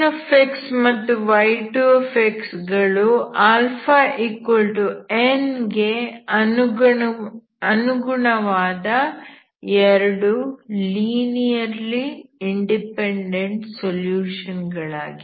y1x ಮತ್ತು y2x ಗಳು αn ಗೆ ಅನುಗುಣವಾದ 2 ಲೀನಿಯರ್ಲಿ ಇಂಡಿಪೆಂಡೆಂಟ್ ಸೊಲ್ಯೂಷನ್ ಗಳಾಗಿವೆ